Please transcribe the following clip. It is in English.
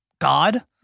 God